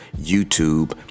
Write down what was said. youtube